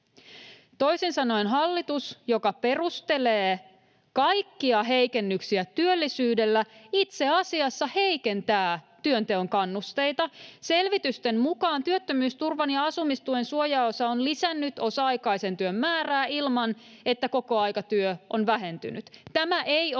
Toisin sanoen hallitus, joka perustelee kaikkia heikennyksiä työllisyydellä, itse asiassa heikentää työnteon kannusteita. Selvitysten mukaan työttömyysturvan ja asumistuen suojaosa on lisännyt osa-aikaisen työn määrää ilman, että kokoaikatyö on vähentynyt. Tämä ei ole